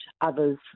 others